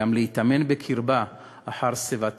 גם להיטמן בקרבה אחר שיבה טובה.